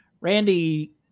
Randy